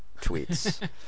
tweets